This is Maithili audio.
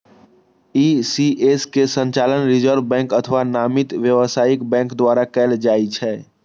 ई.सी.एस के संचालन रिजर्व बैंक अथवा नामित व्यावसायिक बैंक द्वारा कैल जाइ छै